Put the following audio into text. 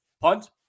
Punt